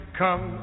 come